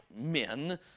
men